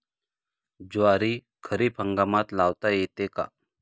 ज्वारी खरीप हंगामात लावता येते का?